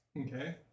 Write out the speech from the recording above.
Okay